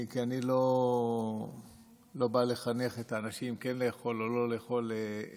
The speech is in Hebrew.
כי אני לא בא לחנך את האנשים כן לאכול או לא לאכול בשר,